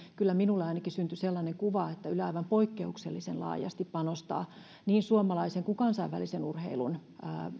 kyllä minulle ainakin syntyi sellainen kuva että yle aivan poikkeuksellisen laajasti panostaa niin suomalaisen kuin kansainvälisen urheilun